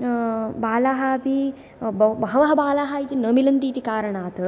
बालाः अपि बहवः बालाः इति न मिलन्ति इति कारणात्